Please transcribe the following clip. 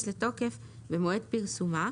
ותיכנס לתוקף עם פרסומה,